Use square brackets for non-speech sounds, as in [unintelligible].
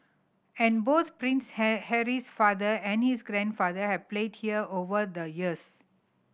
and both Prince [unintelligible] Harry's father and his grandfather have played here over the years